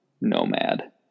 nomad